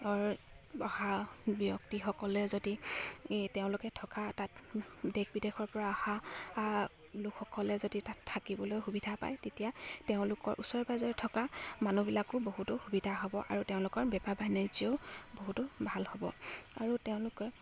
ৰ অহা ব্যক্তিসকলে যদি তেওঁলোকে থকা তাত দেশ বিদেশৰ পৰা অহা লোকসকলে যদি তাত থাকিবলৈও সুবিধা পায় তেতিয়া তেওঁলোকৰ ওচৰে পাজৰে থকা মানুহবিলাকো বহুতো সুবিধা হ'ব আৰু তেওঁলোকৰ বেপাৰ বাণিজ্যও বহুতো ভাল হ'ব আৰু তেওঁলোকে